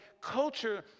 culture